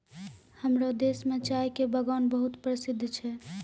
हमरो देश मॅ चाय के बागान बहुत प्रसिद्ध छै